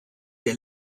der